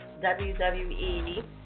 WWE